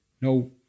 No